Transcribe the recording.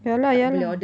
ya lah ya lah